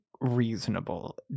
reasonable